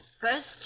First